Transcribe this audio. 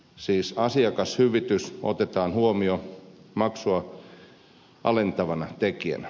siis asiakashyvitys otetaan huomioon maksua alentavana tekijänä